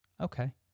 Okay